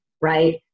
right